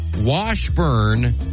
Washburn